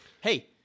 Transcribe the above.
hey